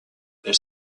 elle